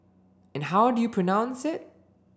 and how do you pronounce it